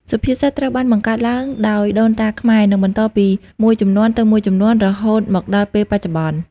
សុភាសិតត្រូវបានបង្កើតឡើងដោយដូនតាខ្មែរ និងបន្តពីមួយជំនន់ទៅមួយជំនន់រហូតមកដល់ពេលបច្ចុប្បន្ន។